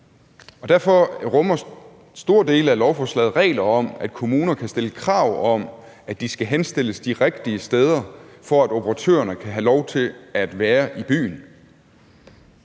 Derfor rummer store dele af lovforslaget regler om, at kommuner kan stille krav om, at de skal henstilles de rigtige steder, for at operatørerne kan have lov til at være i byen.